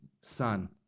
Son